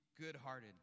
good-hearted